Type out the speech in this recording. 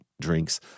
drinks